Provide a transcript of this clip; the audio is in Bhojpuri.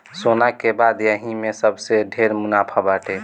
सोना के बाद यही में सबसे ढेर मुनाफा बाटे